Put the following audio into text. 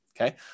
Okay